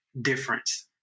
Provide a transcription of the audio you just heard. difference